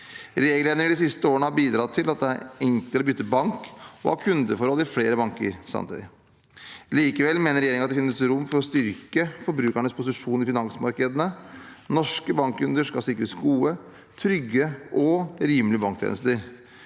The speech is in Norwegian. Regelendringer de siste årene har bidratt til at det er enklere å bytte bank og ha kundeforhold i flere banker samtidig. Likevel mener regjeringen det finnes rom for å styrke forbrukernes posisjon i finansmarkedene. Norske bankkunder skal sikres gode, trygge og rimelige banktjenester.